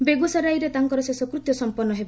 ବେଗୁସରାଇରେ ତାଙ୍କର ଶେଷକୃତ୍ୟ ସମ୍ପନ୍ନ ହେବ